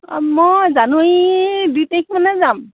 মই জানুৱাৰী দুই তাৰিখমানে যাম